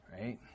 Right